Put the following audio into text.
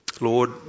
Lord